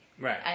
Right